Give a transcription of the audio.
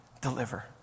deliver